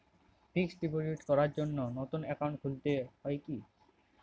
Fix deposit করার জন্য নতুন অ্যাকাউন্ট খুলতে হয় কী?